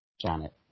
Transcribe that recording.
Janet